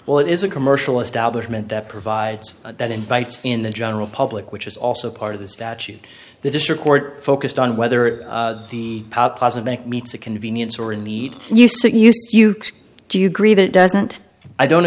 well it is a commercial establishment that provides that invites in the general public which is also part of the statute the district court focused on whether the bank meets a convenience or a need you so you do you agree that it doesn't i don't